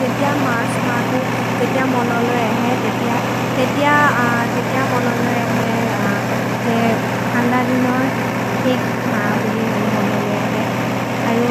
जे तिअ मर्स् म तु, जे तिअ मोनोलो ए हे, ते तिअ, ते तिअ मोनोलो ए हे। जे थन्द दिनोर् हेक् म बुलि म मोनोलो ए हे, अरो,